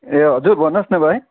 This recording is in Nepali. ए हजुर भन्नुहोस् न भाइ